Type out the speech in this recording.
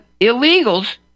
illegals